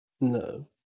No